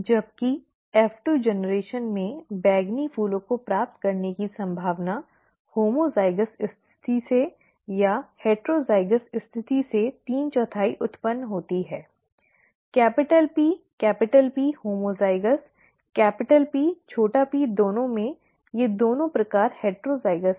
जबकि F2 पीढ़ी में बैंगनी फूलों को प्राप्त करने की संभावना होमोज़ाइगस स्थिति से या हेटरोज़ाइगस स्थिति से तीन चौथाई उत्पन्न होती है capital P capital P homozygous capital P छोटा p दोनों में ये दोनों प्रकार हेटरोज़ाइगस है